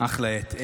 אחלה עט.